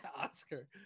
oscar